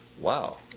Wow